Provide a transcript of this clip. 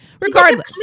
regardless